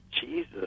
Jesus